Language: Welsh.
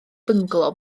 byngalo